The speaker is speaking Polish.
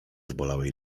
zbolałej